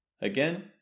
Again